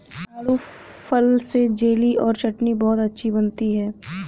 आड़ू फल से जेली और चटनी बहुत अच्छी बनती है